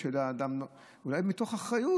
אולי מתוך אחריות.